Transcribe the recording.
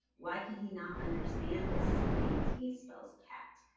why can he not understand that c a t spells cat?